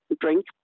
drink